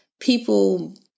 people